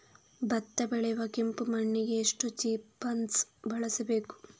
ಭತ್ತ ಬೆಳೆಯುವ ಕೆಂಪು ಮಣ್ಣಿಗೆ ಎಷ್ಟು ಜಿಪ್ಸಮ್ ಬಳಸಬೇಕು?